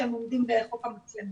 המצלמות, שהם עומדים בחוק המצלמות.